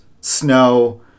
snow